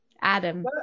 Adam